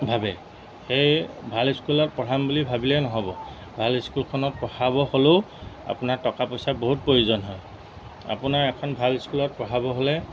ভাবে সেই ভাল স্কুলত পঢ়াম বুলি ভাবিলেই নহ'ব ভাল স্কুলখনত পঢ়াব হ'লেও আপোনাৰ টকা পইচাৰ বহুত প্ৰয়োজন হয় আপোনাৰ এখন ভাল স্কুলত পঢ়াব হ'লে